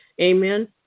Amen